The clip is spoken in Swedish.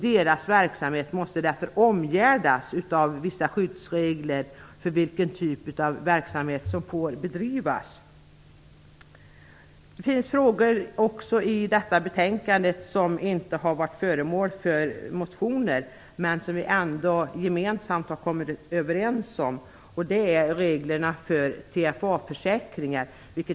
Deras verksamhet måste därför omgärdas av vissa skyddsregler som anger vilken typ av verksamhet som får bedrivas. Det finns frågor i detta betänkande som inte har varit föremål för motioner, men där vi ändå har kommit överens. Det gäller reglerna för TFA försäkringar.